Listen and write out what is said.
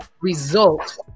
result